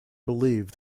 believe